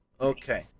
Okay